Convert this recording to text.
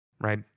right